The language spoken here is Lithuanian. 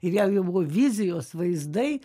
ir jam jau buvo vizijos vaizdai